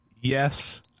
yes